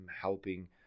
helping